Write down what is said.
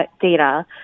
data